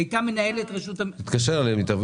נתקשר אליה.